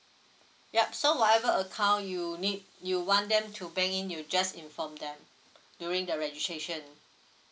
yup so whatever account you need you want them to bank in you just inform them during the registration